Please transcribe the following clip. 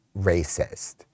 racist